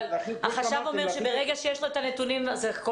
החשב אומר שברגע שיש לו נתונים אז הכול